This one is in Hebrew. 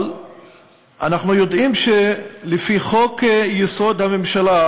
אבל אנחנו יודעים שלפי חוק-יסוד: הממשלה,